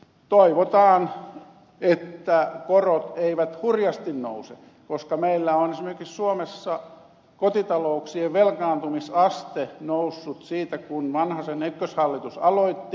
toivotaan että korot eivät hurjasti nou se koska meillä on esimerkiksi suomessa kotitalouksien velkaantumisaste noussut siitä kun vanhasen ykköshallitus aloitti